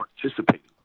participating